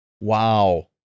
Wow